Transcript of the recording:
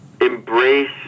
embrace